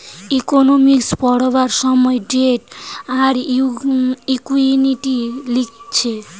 economics পড়বার সময় debt আর ইকুইটি শিখতিছে